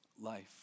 life